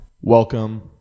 welcome